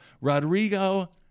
Rodrigo